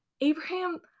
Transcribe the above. Abraham